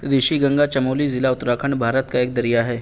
رشی گنگا چمولی ضلع اتراکھنڈ بھارت کا ایک دریا ہے